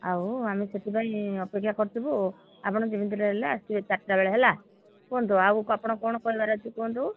ଆଉ ଆମେ ସେଥିପାଇଁ ଅପେକ୍ଷା କରିଥିବୁ ଆପଣ ଯେମିତିରେ ହେଲେ ଆସିବେ ଚାରିଟା ବେଳେ ହେଲା କୁହନ୍ତୁ ଆଗୁକୁ ଆପଣ କ'ଣ କହିବାରେ ଅଛି କୁହନ୍ତୁ